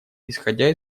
исходя